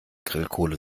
grillkohle